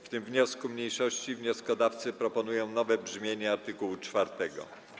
W tym wniosku mniejszości wnioskodawcy proponują nowe brzmienie art. 4.